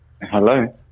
Hello